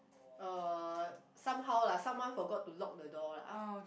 uh somehow lah someone forgot to lock the door lah